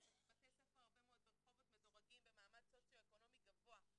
הרבה מאוד בתי ספר ברחובות מדורגים במעמד סוציו-אקונומי גבוה,